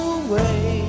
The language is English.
away